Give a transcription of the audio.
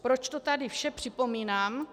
Proč to tady vše připomínám?